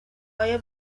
آیا